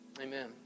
Amen